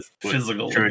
physical